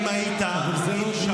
זה לא דיון עכשיו, חבר הכנסת קריב.